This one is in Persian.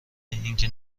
اینکه